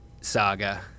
saga